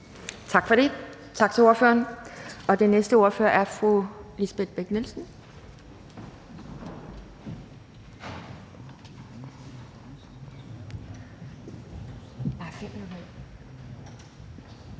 Tak for det, og tak til ordføreren. Den næste ordfører er fru Lisbeth Bech-Nielsen.